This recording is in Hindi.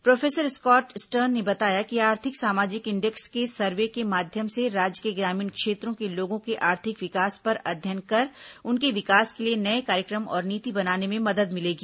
प्रोफेसर स्कॉट स्टर्न ने बताया कि आर्थिक सामाजिक इंडेक्स के सर्वे के माध्यम से राज्य के ग्रामीण क्षेत्रों के लोगों के आर्थिक विकास पर अध्ययन कर उनके विकास के लिए नए कार्यक्रम और नीति बनाने में मदद मिलेगी